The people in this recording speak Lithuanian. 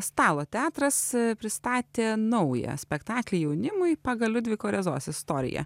stalo teatras pristatė naują spektaklį jaunimui pagal liudviko rėzos istoriją